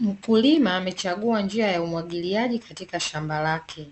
Mkulima amechagua njia ya umwagiliaji katika shamba lake.